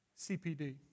CPD